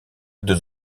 deux